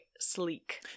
Sleek